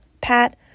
Pat